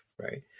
right